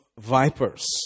vipers